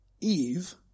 Eve